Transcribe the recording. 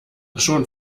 schon